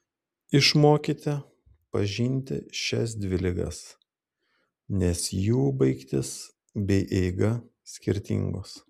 išmokite pažinti šias dvi ligas nes jų baigtis bei eiga skirtingos